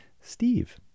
Steve